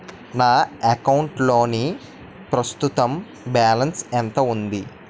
నా అకౌంట్ లోని ప్రస్తుతం బాలన్స్ ఎంత ఉంది?